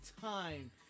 time